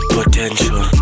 Potential